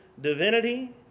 divinity